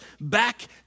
back